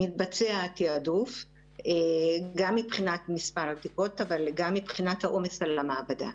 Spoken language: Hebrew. מתבצע תיעדוף גם מבחינת מספר הבדיקות אבל גם מבחינת העומס על המעבדה.